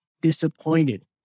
disappointed